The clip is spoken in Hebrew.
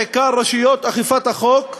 בעיקר רשויות אכיפת החוק,